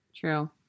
True